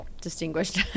distinguished